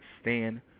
stand